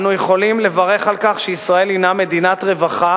אנו יכולים לברך על כך שישראל הינה מדינת רווחה